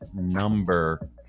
number